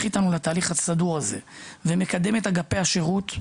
איתנו לתהליך הסדור הזה ומקדם את אגפי השירות,